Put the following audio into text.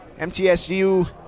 MTSU